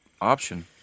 option